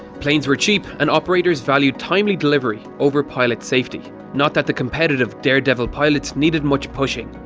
planes were cheap and operators valued timely delivery, over pilot safety. not that the competitive daredevil pilots needed much pushing.